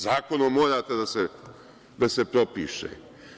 Zakonom mora da se propiše,